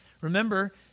Remember